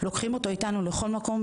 אנחנו לוקחים אותו איתנו לכל מקום.